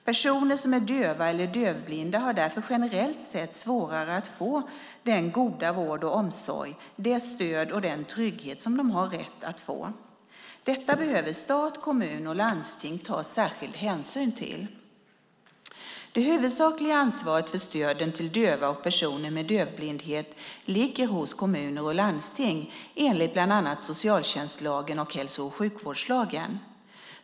Personer som är döva eller dövblinda har därför generellt sett svårare att få den goda vård och omsorg samt det stöd och den trygghet som de har rätt att få. Detta behöver stat, kommun och landsting ta särskild hänsyn till. Det huvudsakliga ansvaret för stöden till döva och personer med dövblindhet ligger hos kommuner och landsting enligt bland annat socialtjänstlagen och hälso och sjukvårdslagen.